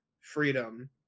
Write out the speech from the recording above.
freedom